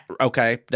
Okay